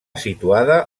situada